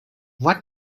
what